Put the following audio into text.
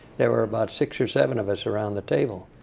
there were about six or seven of us around the table.